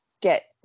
get